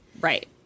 Right